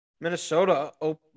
Minnesota